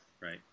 right